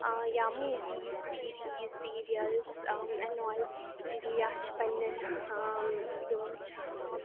یا movies series serials and all بی یا چھِ پَنہٕ نٮ۪ن یِم چھِ آسان